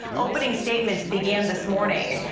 opening statements began this morning,